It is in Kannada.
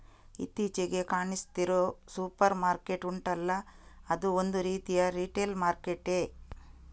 ಇತ್ತೀಚಿಗೆ ಕಾಣಿಸ್ತಿರೋ ಸೂಪರ್ ಮಾರ್ಕೆಟ್ ಉಂಟಲ್ಲ ಅದೂ ಒಂದು ರೀತಿಯ ರಿಟೇಲ್ ಮಾರ್ಕೆಟ್ಟೇ